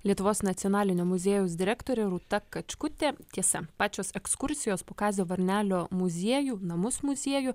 lietuvos nacionalinio muziejaus direktorė rūta kačkutė tiesa pačios ekskursijos po kazio varnelio muziejų namus muziejų